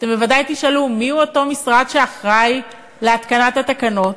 אתם בוודאי תשאלו: מיהו אותו משרד שאחראי להתקנת התקנות?